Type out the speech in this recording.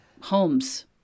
homes